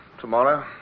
Tomorrow